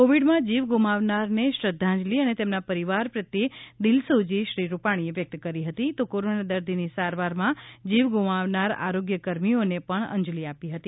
કોવિડમાં જીવ ગુમાવનારને શ્રદ્ધાંજલી અને તેમના પરિવાર પ્રત્યે દિલસોજી શ્રી રૂપાણીએ વ્યક્ત કરી હતી તો કોરોના દર્દીની સારવારમાં જીવ ગુમાવનાર આરોગ્યકર્મીઓને પણ અંજલિ આપી હતી